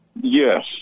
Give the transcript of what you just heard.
yes